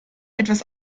etwas